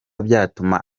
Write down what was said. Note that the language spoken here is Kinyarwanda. byatuma